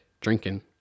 Drinking